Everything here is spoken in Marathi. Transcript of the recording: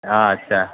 अच्छा